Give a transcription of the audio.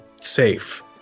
safe